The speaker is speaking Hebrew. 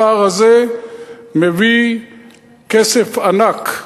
הפער הזה מביא כסף ענק.